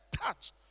touch